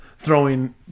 Throwing